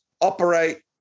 operate